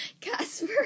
Casper